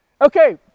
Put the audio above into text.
okay